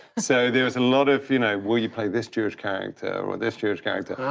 so there was a lot of, you know, will you play this jewish character or this jewish character?